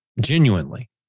Genuinely